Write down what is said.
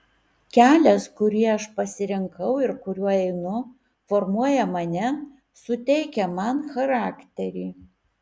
kelias kurį aš pasirinkau ir kuriuo einu formuoja mane suteikia man charakterį